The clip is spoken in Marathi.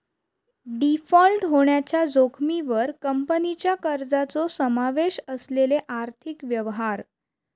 डिफॉल्ट होण्याच्या जोखमीवर कंपनीच्या कर्जाचो समावेश असलेले आर्थिक व्यवहार